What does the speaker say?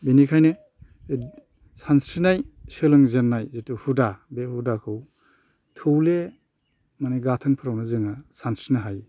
बेनिखायनो बे सानस्रिनाय सोलोंजेननाय जिथु हुदा बे हुदाखौ थौले माने गाथोनफोरावनो जोङो सानस्रिनो हायो